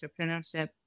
entrepreneurship